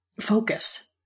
focus